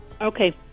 Okay